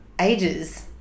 Ages